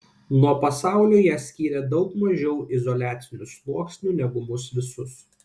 nuo pasaulio ją skyrė daug mažiau izoliacinių sluoksnių negu mus visus